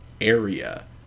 area